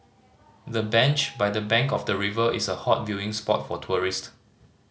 the bench by the bank of the river is a hot viewing spot for tourist